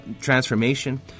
transformation